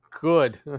good